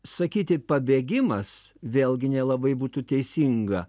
sakyti pabėgimas vėlgi nelabai būtų teisinga